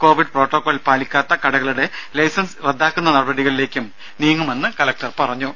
Covid protocol പാലിക്കാത്ത കടകളുടെ licence റദ്ദാക്കുന്ന നപടികളിലേക്കും നീങ്ങുമെന്നും കലക്ടർ പറഞ്ഞു